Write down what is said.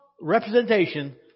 representation